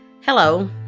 Hello